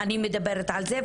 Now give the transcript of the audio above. אני מדברת על זה.